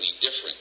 different